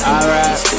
Alright